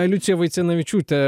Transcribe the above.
liucija vaicenavičiūtė